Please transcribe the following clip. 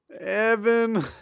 Evan